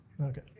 Okay